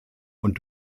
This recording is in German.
und